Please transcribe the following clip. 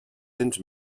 cents